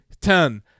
Ten